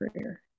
career